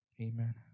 Amen